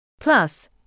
Plus